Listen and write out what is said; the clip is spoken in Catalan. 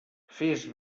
fes